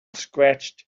scratched